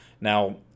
Now